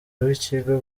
w’ikigo